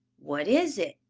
what is it?